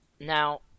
Now